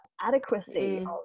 adequacy